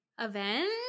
Event